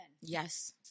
Yes